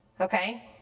okay